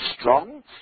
strong